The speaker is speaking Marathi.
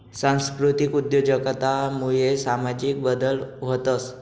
सांस्कृतिक उद्योजकता मुये सामाजिक बदल व्हतंस